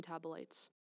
metabolites